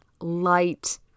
light